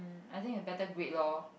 I think a better grade lor